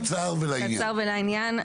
קצר ולעניין.